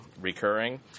recurring